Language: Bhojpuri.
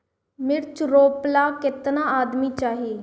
मिर्च रोपेला केतना आदमी चाही?